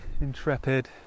intrepid